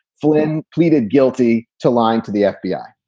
flynn pleaded guilty to lying to the fbi.